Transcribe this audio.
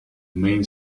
main